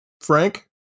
Frank